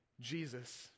Jesus